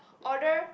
order